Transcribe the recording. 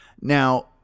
now